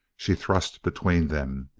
she thrust between them.